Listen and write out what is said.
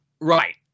Right